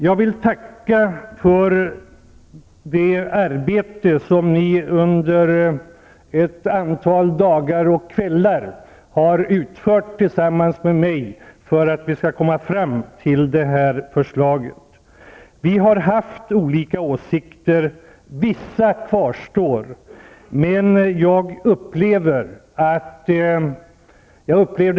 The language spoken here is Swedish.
Jag vill tacka er för det arbete som ni under ett antal dagar och kvällar har utfört tillsammans med mig för att komma fram till detta förslag. Vi har haft olika åsikter. Vissa av meningsskiljaktigheterna kvarstår.